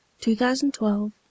2012